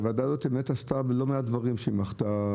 הוועדה הזאת באמת עשתה לא מעט דברים שהיא מחתה,